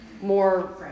more